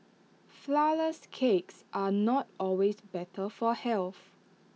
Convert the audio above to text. Flourless Cakes are not always better for health